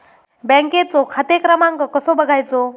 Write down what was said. बँकेचो खाते क्रमांक कसो बगायचो?